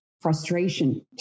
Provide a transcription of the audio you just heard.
frustration